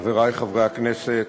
חברי חברי הכנסת,